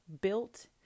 built